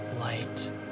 light